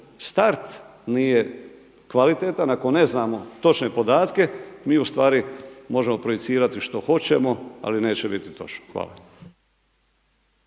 start nije kvalitetan, ako ne znamo točne podatke mi u stvari možemo projicirati što hoćemo, ali neće biti točno. Hvala.